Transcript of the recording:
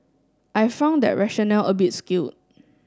I found that rationale a bit skew